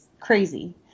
crazy